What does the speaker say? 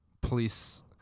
police